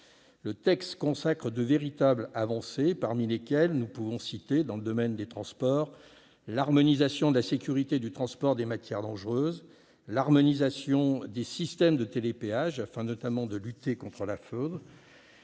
paritaire consacre de véritables avancées. Parmi celles-ci, il faut citer, dans le domaine des transports, l'amélioration de la sécurité du transport des marchandises dangereuses ou l'harmonisation des systèmes de télépéage, afin notamment de lutter contre la fraude.